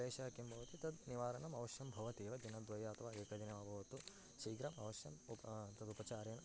क्लेशः किं भवति तद् निवारणम् अवश्यं भवति एव दिनद्वये अथवा एकदिने वा भवतु शीघ्रम् अवश्यम् उप तदुपचारेण